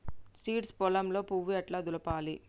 Seeds పొలంలో పువ్వు ఎట్లా దులపాలి?